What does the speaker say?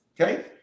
okay